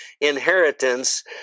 inheritance